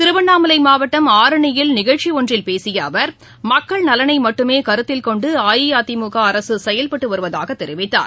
திருவண்ணாமலை மாவட்டம் ஆரணியில் நிகழ்ச்சி ஒன்றில் பேசிய அவர் மக்கள் நலனை மட்டுமே கருத்தில் கொண்டு அஇஅதிமுக அரசு செயல்பட்டு வருவதாகத் தெரிவித்தார்